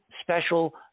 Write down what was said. special